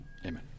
Amen